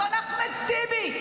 אדון אחמד טיבי,